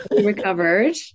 Recovered